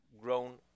grown